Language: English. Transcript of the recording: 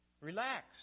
relax